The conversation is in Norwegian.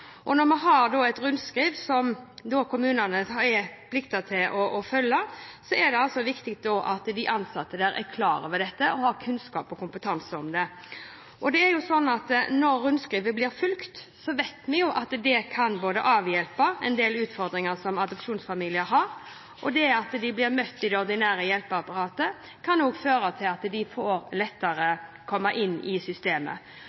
Når vi har et rundskriv som kommunene er pliktige til å følge, er det også viktig at de ansatte der er klar over dette, og har kunnskap og kompetanse om det. Når rundskrivet blir fulgt, vet vi at det kan avhjelpe en del utfordringer som adopsjonsfamilier har, og det at de blir møtt i det ordinære hjelpeapparatet, kan også føre til at de lettere kommer inn i systemet.